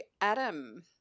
Adam